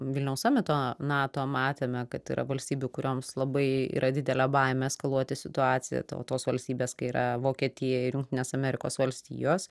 vilniaus samito nato matėme kad yra valstybių kurioms labai yra didelė baimė eskaluoti situaciją ten tos valstybės kai yra vokietija ir jungtinės amerikos valstijos